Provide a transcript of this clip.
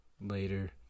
later